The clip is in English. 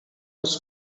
was